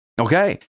Okay